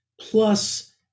plus